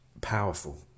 powerful